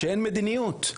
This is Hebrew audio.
שאין מדיניות,